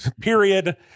period